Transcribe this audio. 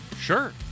Sure